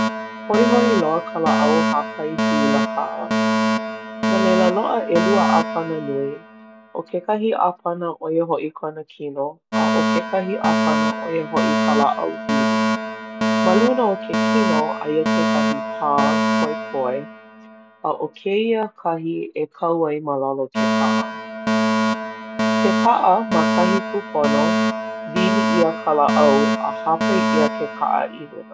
Hoihoi loa ka lāʻau hāpai huila kaʻa. No leila loaʻa ʻelua ʻāpana nui. ʻO kekahi ʻāpana ʻo ia hoʻi ke kino, a ʻo kekahi ʻāpana ʻo ia hoʻi ka lāʻau wili. Ma luna o ke kino aia kekahi pā poepoe, a ʻo kēia kahi e kau ai ma lalo o ke kaʻa. Ke paʻa ma kahi kūpono, wili ʻia ka lāʻau a hāpai ʻia ke kaʻa i luna.